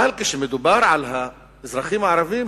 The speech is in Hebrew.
אבל כשמדובר על האזרחים הערבים,